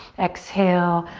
exhale,